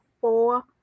four